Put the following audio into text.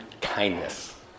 kindness